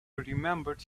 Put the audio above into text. remembered